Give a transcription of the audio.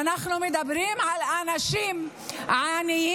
אנחנו מדברים על אנשים עניים,